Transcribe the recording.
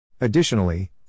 Additionally